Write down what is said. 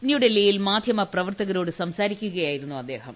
ന്യൂഡൽഹിയിൽ മാധ്യമപ്രവർത്തകരോട് സംസാരിക്കുകയായിരുന്നു അദ്ദേഹം